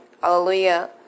Hallelujah